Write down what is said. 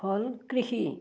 হল কৃষি